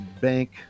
bank